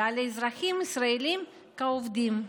ועל האזרחים הישראלים כעובדים.